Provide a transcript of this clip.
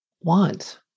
want